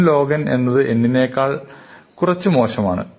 nlogn എന്നത് n നേക്കാൾ കുറച്ച് മോശമാണ്